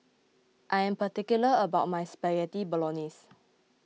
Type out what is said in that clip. I am particular about my Spaghetti Bolognese